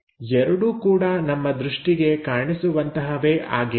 ಎರಡು ಕೂಡ ನಮ್ಮ ದೃಷ್ಟಿಗೆ ಕಾಣಿಸುವಂತಹವೇ ಆಗಿವೆ